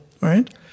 Right